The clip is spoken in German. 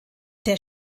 der